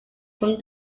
from